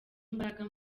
imbaraga